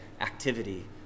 activity